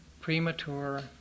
premature